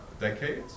decades